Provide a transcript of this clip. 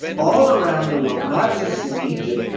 all around the world, not just in egypt.